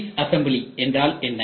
disassembly என்றால் என்ன